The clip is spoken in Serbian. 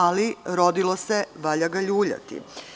Ali, rodilo se, valja ga ljuljati.